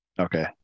Okay